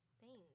Thanks